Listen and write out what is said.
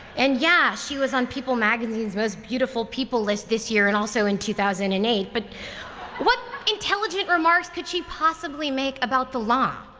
and yeah, she was on people magazine's most beautiful people list this year and also in two thousand and eight, but what intelligent remarks could she possibly make about the law?